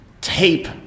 tape